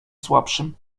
słabszym